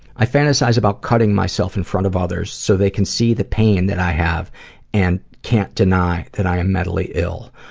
i francize about cutting myself in front of others so they can see the pain that i have and they can't deny that i am mentally ill.